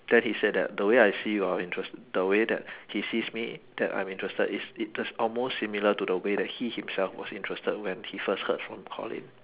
then he said that the way I see your interest the way that he sees me that I'm interested is it is almost similar to the way he himself was interested when he first heard from colin